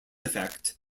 effect